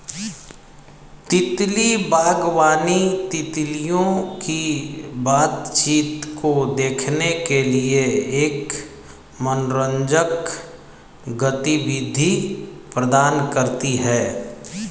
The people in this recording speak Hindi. तितली बागवानी, तितलियों की बातचीत को देखने के लिए एक मनोरंजक गतिविधि प्रदान करती है